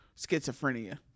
schizophrenia